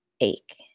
ache